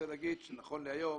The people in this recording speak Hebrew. נכון להיום